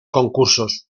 concursos